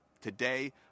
today